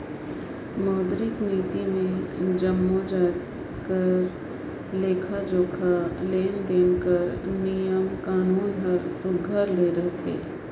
मौद्रिक नीति मे जम्मो जाएत कर लेखा जोखा, लेन देन कर नियम कानून हर सुग्घर ले रहथे